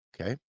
okay